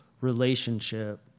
relationship